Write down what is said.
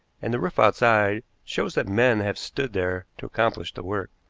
and the roof outside shows that men have stood there to accomplish the work.